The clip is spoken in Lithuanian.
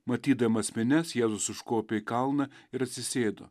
matydamas minias jėzus užkopė į kalną ir atsisėdo